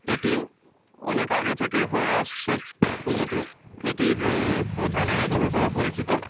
এটি অনেক আগে থেকেই হয়ে আসছে পুজোটি এটির প্রধান আয়োজন হিসেবে পরিচিত